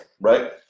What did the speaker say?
right